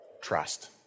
trust